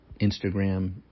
Instagram